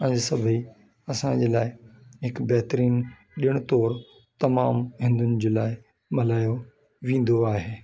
ऐं सभई असांजे लाइ हिकु बहतरीन ॾिण तौरु तमामु हिंदुन जे लाए मल्हायो वेंदो आहे